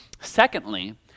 Secondly